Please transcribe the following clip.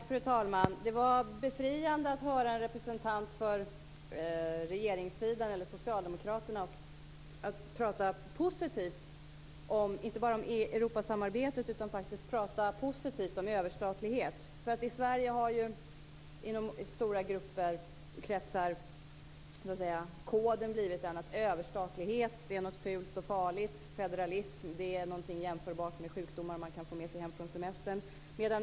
Fru talman! Det var befriande att höra en representant för regeringssidan, eller Socialdemokraterna, prata positivt inte bara om Europasamarbetet utan faktiskt också om överstatlighet. I Sverige har ju koden inom stora kretsar blivit att överstatlighet är något fult och farligt. Federalism är något jämförbart med sjukdomar man kan få med sig hem från semestern.